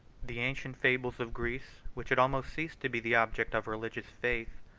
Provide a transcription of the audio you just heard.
the ancient fables of greece, which had almost ceased to be the object of religious faith,